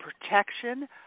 protection